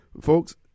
Folks